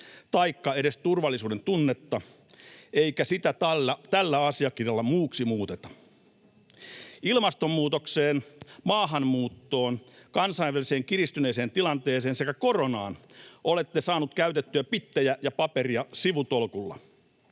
taikka edes turvallisuuden tunnetta, eikä sitä tällä asiakirjalla muuksi muuteta. Ilmastonmuutokseen, maahanmuuttoon, kiristyneeseen kansainväliseen tilanteeseen sekä koronaan olette saaneet käytettyä bittejä ja paperia sivutolkulla,